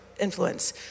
influence